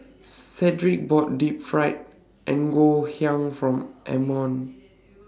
Sedrick bought Deep Fried Ngoh Hiang For Ammon